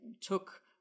took